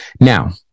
now